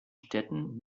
städten